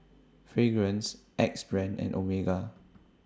Fragrance Axe Brand and Omega